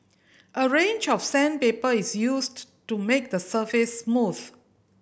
a range of sandpaper is used to make the surface smooth